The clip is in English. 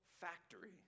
factory